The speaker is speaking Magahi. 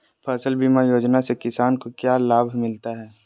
फसल बीमा योजना से किसान को क्या लाभ मिलता है?